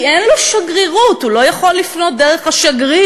כי אין לו שגרירות, הוא לא יכול לפנות דרך השגריר.